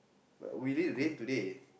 but we late rain today